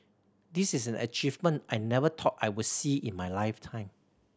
this is an achievement I never thought I would see in my lifetime